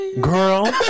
girl